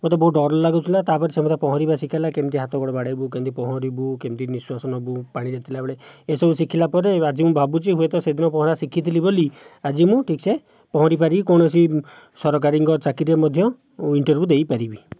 ମୋତେ ବହୁତ ଡର ଲାଗୁଥିଲା ତା' ପରେ ସେ ମୋତେ ପହଁରିବା ଶିଖାଇଲା କେମିତି ହାତ ଗୋଡ଼ ବାଡ଼େଇବୁ କେମିତି ପହଁରିବୁ କେମିତି ନିଃଶ୍ଵାସ ନେବୁ ପାଣିରେ ଥିଲାବେଳେ ଏସବୁ ଶିଖିଲା ପରେ ଆଜି ମୁଁ ଭାବୁଛି ହୁଏତ ସେଦିନ ପହଁରା ଶିଖିଥିଲି ବୋଲି ଆଜି ମୁଁ ଠିକ୍ସେ ପହଁରିପାରି କୌଣସି ସରକାରଙ୍କ ଚାକିରିରେ ମଧ୍ୟ ଇଣ୍ଟରଭ୍ୟୁ ଦେଇପାରିବି